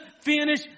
finish